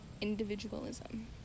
individualism